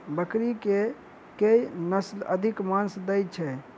बकरी केँ के नस्ल अधिक मांस दैय छैय?